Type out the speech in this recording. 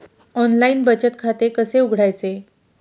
Online बचत खाते कसे उघडायचे?